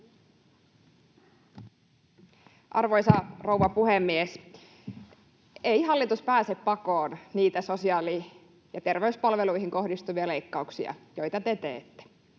Arvoisa rouva puhemies! Ei hallitus pääse pakoon niitä sosiaali- ja terveyspalveluihin kohdistuvia leikkauksia, joita te teette.